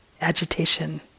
agitation